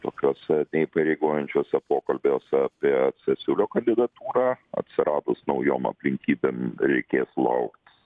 tokiuose neįpareigojančiuose pokalbiuose apie cesiulio kandidatūrą atsiradus naujom aplinkybėm reikės laukt